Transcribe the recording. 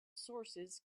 sources